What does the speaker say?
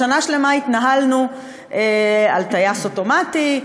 שנה שלמה התנהלנו על טייס אוטומטי,